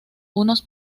unos